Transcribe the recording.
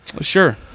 sure